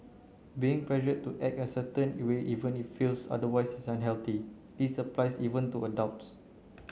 being pressured to act a certain even if one feels otherwise is unhealthy this applies even to adults